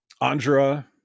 Andra